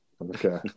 Okay